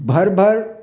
भरि भरि